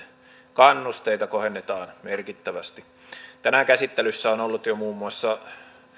kannusteita kohennetaan merkittävästi tänään käsittelyssä on ollut jo muun muassa